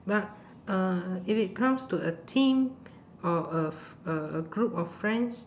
but uh if it comes to a team or a f~ a a group of friends